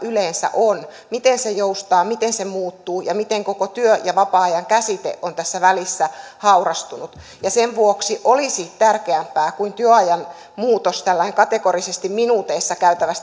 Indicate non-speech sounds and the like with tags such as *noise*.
yleensä on miten se joustaa miten se muuttuu ja miten koko työ ja vapaa ajan käsite on tässä välissä haurastunut sen vuoksi olisi työajan muutoksesta tällä tavalla kategorisesti minuuteissa käytävää *unintelligible*